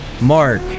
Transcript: Mark